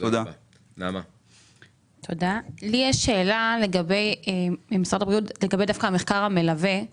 לי יש שאלה לגבי המחקר המלווה.